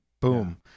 Boom